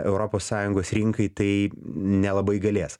europos sąjungos rinkai tai nelabai galės